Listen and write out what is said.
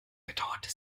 bedauerte